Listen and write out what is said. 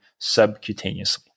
subcutaneously